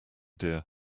deer